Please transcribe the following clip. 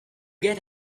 get